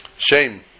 shame